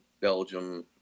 Belgium